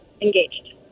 Engaged